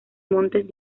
montes